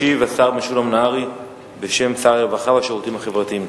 ישיב השר משולם נהרי בשם שר הרווחה והשירותים החברתיים.